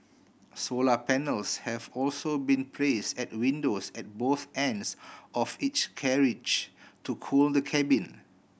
solar panels have also been place at windows at both ends of each carriage to cool the cabin